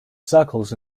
circles